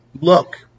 look